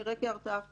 נראה כי ההרתעה פחותה.